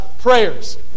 prayers